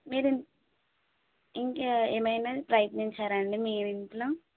మీరు ఇంకా ఏమైన ప్రయత్నించారా అండి మీ ఇంట్లో